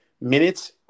minutes